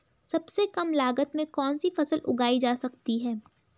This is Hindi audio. सबसे कम लागत में कौन सी फसल उगाई जा सकती है